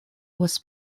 was